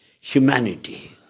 humanity